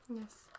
Yes